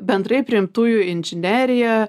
bendrai priimtųjų į inžineriją